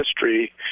history